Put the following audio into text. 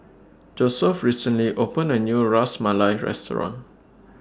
Josef recently opened A New Ras Malai Restaurant